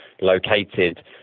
located